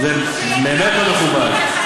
זה באמת לא מכובד.